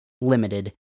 limited